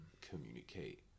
communicate